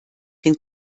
den